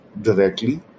directly